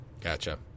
Gotcha